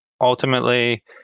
Ultimately